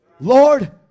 Lord